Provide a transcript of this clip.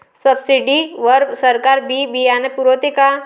Subsidy वर सरकार बी बियानं पुरवते का?